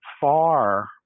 far